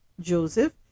Joseph